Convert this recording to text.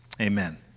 Amen